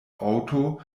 auto